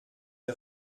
der